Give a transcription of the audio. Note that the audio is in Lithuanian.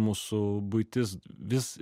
mūsų buitis vis